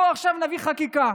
בואו עכשיו נביא חקיקה.